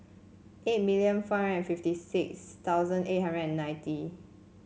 eight million four hundred fifty six thousand eight hundred and ninety